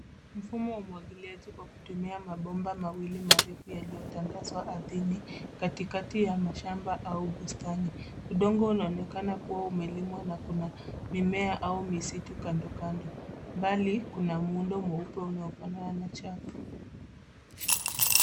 Mfumo wa umwagiliaji kwa kutumia mabomba mawili marefu yaliyotandazwa ardhini, katikati ya mashamba au bustani. Udongo unaonekana kua umelimwa na kuna mimea au misitu kando kando. Mbali, kuna muundo mweupe unaofanana na chaka.